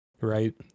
right